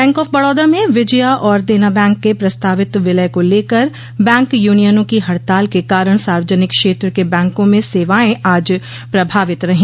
bank of Baroda में विजया और Dena bank के प्रस्तावित विलय को लेकर बैंक यूनियनों की हड़ताल के कारण सार्वजनिक क्षेत्र के बैंकों में सेवाएं आज प्रभावित रही